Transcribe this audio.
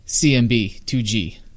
CMB2G